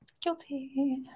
Guilty